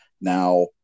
Now